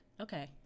Okay